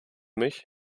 mich